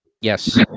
Yes